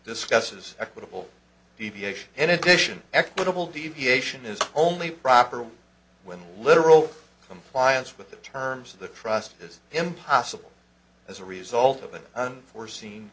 discusses a deviation in addition equitable deviation is only proper when literal compliance with the terms of the trust is impossible as a result of an unforeseen